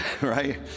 Right